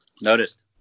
Noticed